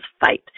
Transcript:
fight